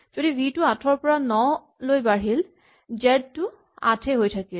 যদিও ভি টো ৮ ৰ পৰা ৯ লৈ বাঢ়িল জেড টো ৮ হৈয়েই থাকিল